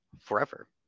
forever